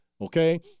Okay